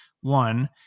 One